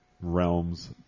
realms